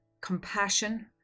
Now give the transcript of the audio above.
compassion